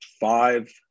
five